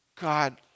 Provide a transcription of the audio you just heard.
God